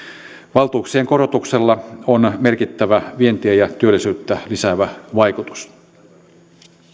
valtuuksien korotuksella on merkittävä vientiä ja työllisyyttä lisäävä vaikutus